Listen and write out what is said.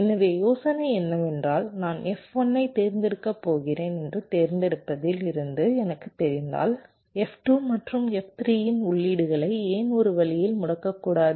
எனவே யோசனை என்னவென்றால் நான் F1 ஐத் தேர்ந்தெடுக்கப் போகிறேன் என்று தேர்ந்தெடுப்பதில் இருந்து எனக்குத் தெரிந்தால் F2 மற்றும் F3 இன் உள்ளீடுகளை ஏன் ஒரு வழியில் முடக்கக்கூடாது